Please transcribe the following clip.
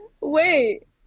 wait